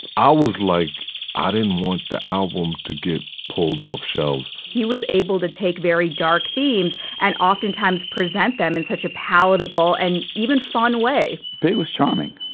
i was like i didn't want the album to get pulled off shelves he was able to take very dark themes and oftentimes present them in such a palatable and even fun way he was charming.